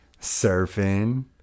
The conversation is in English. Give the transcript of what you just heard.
surfing